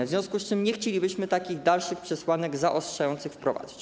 W związku z tym nie chcielibyśmy takich dalszych przesłanek zaostrzających wprowadzać.